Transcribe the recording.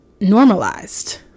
normalized